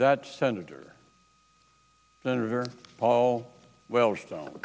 that senator senator paul wellstone